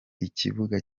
ikibuga